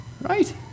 right